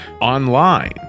online